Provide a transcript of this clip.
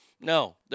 No